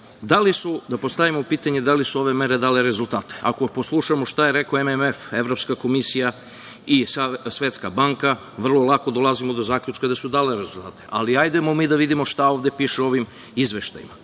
koji je to sve definisao. Da li su ove mere dale rezultate? Ako poslušamo šta je rekao MMF, Evropska komisija i Svetska banka, vrlo lako dolazimo do zaključka da su dale rezultate. Hajde da vidimo šta piše u ovim izveštajima. Znači,